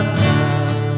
sun